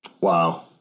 Wow